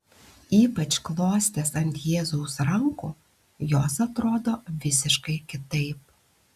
ypač klostės ant jėzaus rankų jos atrodo visiškai kitaip